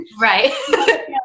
Right